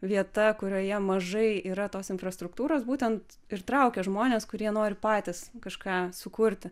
vieta kurioje mažai yra tos infrastruktūros būtent ir traukia žmones kurie nori patys kažką sukurti